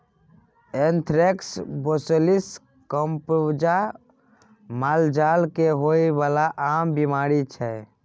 anthrax, brucellosis influenza मालजाल केँ होइ बला आम बीमारी छै